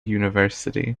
university